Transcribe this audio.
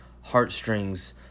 heartstrings